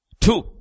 Two